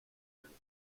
earned